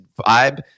vibe